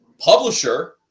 publisher